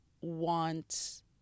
want